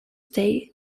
day